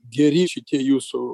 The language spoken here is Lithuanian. geri šitie jūsų